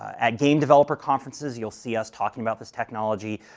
at game developer conferences, you'll see us talking about this technology.